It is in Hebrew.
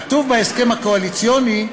כתוב בהסכם הקואליציוני: